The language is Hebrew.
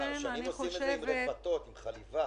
שנים עושים את זה עם רפתות, עם חליבה.